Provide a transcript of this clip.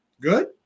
Good